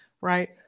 right